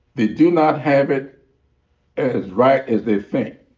they do not have it as right as they think.